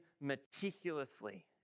meticulously